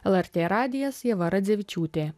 lrt radijas ieva radzevičiūtė